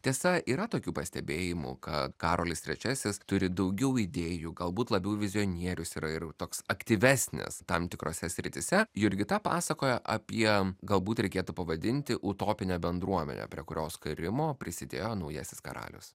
tiesa yra tokių pastebėjimų kad karolis trečiasis turi daugiau idėjų galbūt labiau vizionierius yra ir toks aktyvesnis tam tikrose srityse jurgita pasakoja apie galbūt reikėtų pavadinti utopinę bendruomenę prie kurios kūrimo prisidėjo naujasis karalius